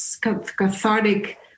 cathartic